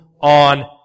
on